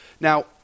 now